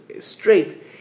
straight